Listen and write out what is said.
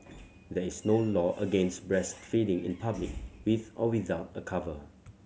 there is no law against breastfeeding in public with or without a cover